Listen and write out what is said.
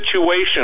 situation